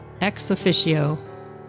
ex-officio